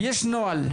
יש נוהל,